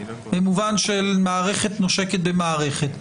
במובן של מערכת נושקת במערכת.